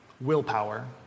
willpower